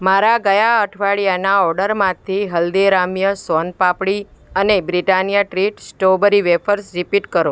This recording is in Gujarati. મારા ગયા અઠવાડિયાના ઓર્ડરમાંથી હલ્દીરામ્સ સોન પાપડી અને Britannia treat strawberry wafers repeat કરો